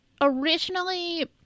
originally